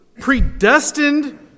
predestined